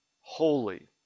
holy